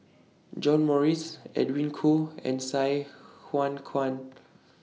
John Morrice Edwin Koo and Sai Huan Kuan